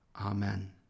Amen